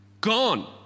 Gone